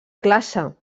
classe